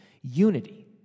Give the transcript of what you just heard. Unity